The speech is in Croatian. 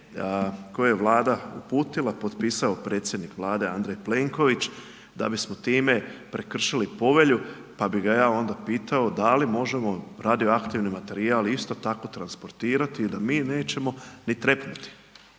koje je vlada uputila potpisao je predsjednik Vlade Andrej Plenković, da bismo time prekršili povelju pa bi ga ja onda pitao, da li možemo radioaktivni materijal, isto tako, transplantirati i da m nećemo ni trepnuti.